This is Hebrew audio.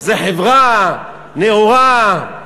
זו חברה נאורה.